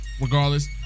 Regardless